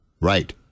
Right